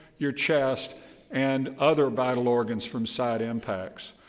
your chest and other vital organs from side impacts.